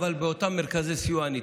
אך ניתן באותם מרכזי סיוע.